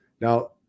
now